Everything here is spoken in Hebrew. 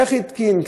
איך התקין?